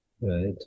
right